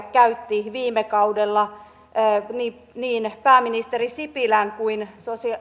käytti viime kaudella niin niin pääministeri sipilän kuin